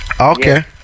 okay